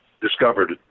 discovered